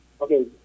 Okay